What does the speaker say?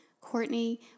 Courtney